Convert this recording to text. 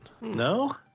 No